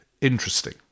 interesting